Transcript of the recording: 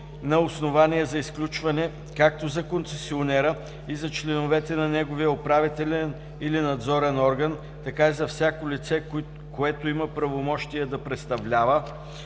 на основание за изключване както за концесионера и за членовете на неговия управителен или надзорен орган, така и за всяко лице, което има правомощия да представлява,